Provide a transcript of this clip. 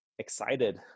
excited